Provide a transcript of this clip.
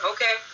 Okay